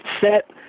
set